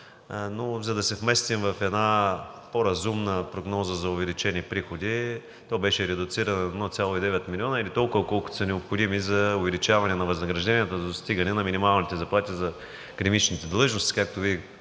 но за да се вместим в една по-разумна прогноза за увеличени приходи, то беше редуцирано до 1,9 милиона, или толкова, колкото са необходими за увеличаване на възнагражденията за достигане на минималните заплати за академичните длъжности, както Вие коректно